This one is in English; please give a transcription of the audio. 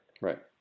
right